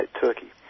Turkey